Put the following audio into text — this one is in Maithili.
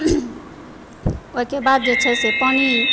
ओहिके बाद जे छै से पानि